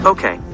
Okay